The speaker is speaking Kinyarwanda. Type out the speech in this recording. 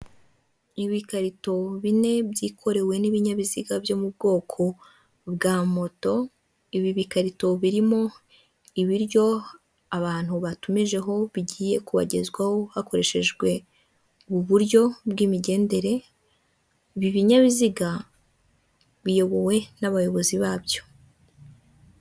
Ibikarito bine byikorewe n'ibinyabiziga byo mu bwoko bwa moto, ibi bikarito birimo ibiryo abantu batumijeho, bigiye kubagezwaho hakoreshejwe uburyo bw'imigendere, ibi binyabiziga biyobowe n'abayobozi babyo.